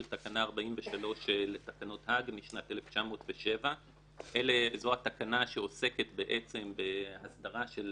תקנה 43 לתקנות האג משנת 1907. זו התקנה שעוסקת בהסדרה של